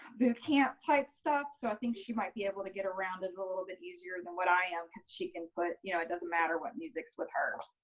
bootcamp type stuff. so i think she might be able to get around it a little bit easier than what i am cuz she can put you know it doesn't matter what musics with her.